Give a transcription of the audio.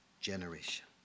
generation